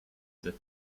that